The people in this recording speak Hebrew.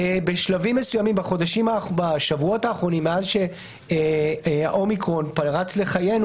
בשלבים מסוימים בשבועות האחרונים מאז שהאומיקרון פרץ לחיינו,